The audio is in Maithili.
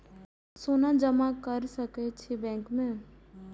सोना जमा कर सके छी बैंक में?